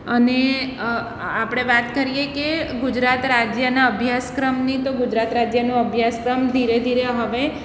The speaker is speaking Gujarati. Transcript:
અને આપણે વાત કરીએ કે ગુજરાત રાજ્યના અભ્યાસક્રમની તો ગુજરાત રાજ્યનું અભ્યાસક્રમ ધીરે ધીરે હવે